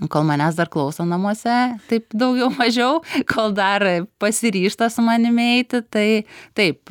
kol manęs dar klauso namuose taip daugiau mažiau kol dar pasiryžta su manimi eiti tai taip